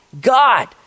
God